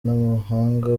n’abahanga